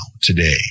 today